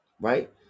Right